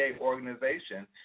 organization